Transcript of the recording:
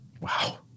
Wow